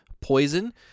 poison